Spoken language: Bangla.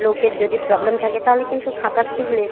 লোকের যদি প্রবলেম থাকে তাহলে কিন্তু সাঁতার শিখলে